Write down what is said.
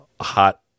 hot